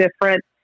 different